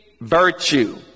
virtue